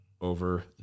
over